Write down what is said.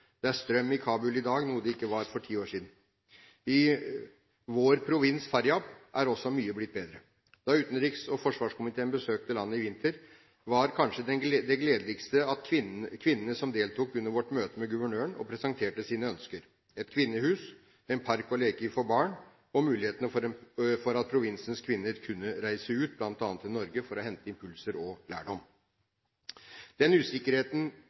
Det er strøm i Kabul i dag, noe det ikke var for ti år siden. I «vår» provins, Faryab, er også mye blitt bedre. Da utenriks- og forsvarskomiteen besøkte landet i vinter, var kanskje det gledeligste kvinnene som deltok under vårt møte med guvernøren og presenterte sine ønsker: et kvinnehus, en park å leke i for barn og mulighet for at provinsens kvinner kunne reise ut, bl.a. til Norge, for å hente impulser og lærdom. Den store usikkerheten